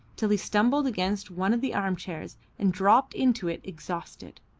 till he stumbled against one of the arm-chairs and dropped into it exhausted.